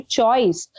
choice